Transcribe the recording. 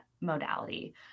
modality